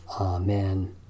Amen